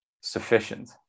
sufficient